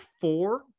four